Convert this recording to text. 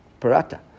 Parata